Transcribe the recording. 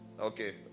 Okay